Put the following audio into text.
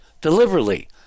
deliberately